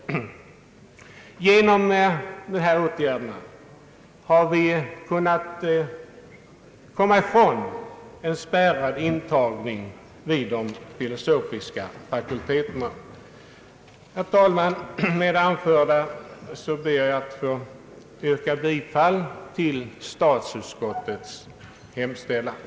Genom denna åtgärd har vi kunnat komma ifrån systemet med spärrad intagning vid de filosofiska fakulteterna. Herr talman! Jag ber få yrka bifall till statsutskottets hemställan.